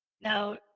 Now